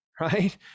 right